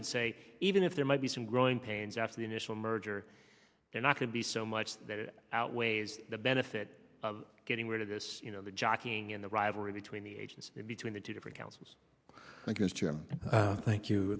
would say even if there might be some growing pains after the initial merger they're not going to be so much that it outweighs the benefit of getting rid of this you know the jockeying in the rivalry between the agents between the two different counts against him thank you